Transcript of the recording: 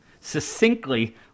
succinctly